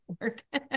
work